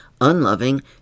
unloving